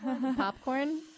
Popcorn